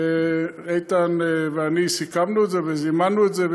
איתן ואני סיכמנו את זה וזימנו את זה,